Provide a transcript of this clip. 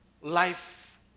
life